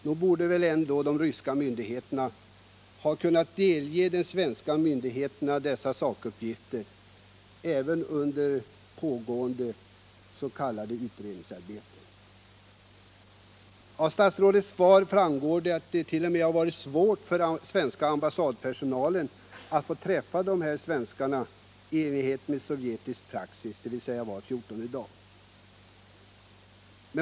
Nog borde väl de ryska myndigheterna ha kunnat delge den svenska ambassaden dessa sakuppgifter —- även under pågående s.k. utredningsarbete. Av statsrådets svar framgår att det t.o.m. har varit svårt för den svenska ambassadpersonalen att få träffa de båda svenskarna i enlighet med sovjetisk praxis, dvs. var fjortonde dag.